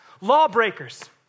lawbreakers